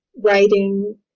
writing